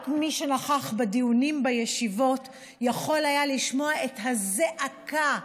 רק מי שנכח בדיונים בישיבות יכול היה לשמוע את הזעקה,